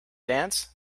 dance